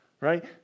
right